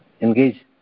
engage